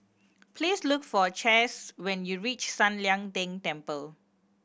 please look for Chace when you reach San Lian Deng Temple